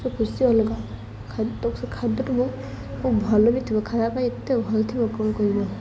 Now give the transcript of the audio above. ସବୁ ଖୁସି ଅଲଗା ସେ ଖାଦ୍ୟଟି ମୁଁ ଭଲ ବି ଥିବ ଖାଇବା ପାଇଁ ଏତେ ଭଲ ଥିବ କ'ଣ କହିବ